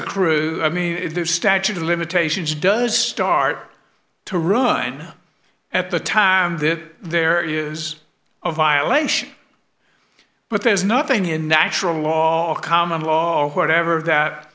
accrued i mean if the statute of limitations does start to run at the time that there is a violation but there's nothing in natural all common law whatever that